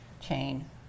chain